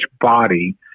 body